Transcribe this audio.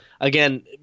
Again